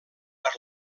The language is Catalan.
per